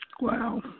Wow